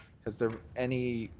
is there any